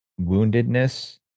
woundedness